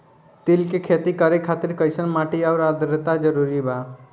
तिल के खेती करे खातिर कइसन माटी आउर आद्रता जरूरी बा?